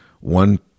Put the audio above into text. one